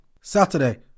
Saturday